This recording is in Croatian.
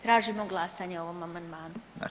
Tražimo glasanje o ovom amandmanu.